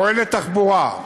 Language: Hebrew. פועלת תחבורה.